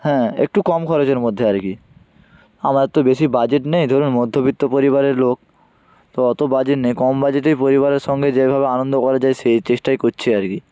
হ্যাঁ একটু কম খরচের মধ্যে আর কি আমাদের তো বেশি বাজেট নেই ধরুন মধ্যবিত্ত পরিবারের লোক তো অত বাজেট নেই কম বাজেটেই পরিবারের সঙ্গে যেইভাবে আনন্দ করা যায় সেই চেষ্টাই করছি আর কি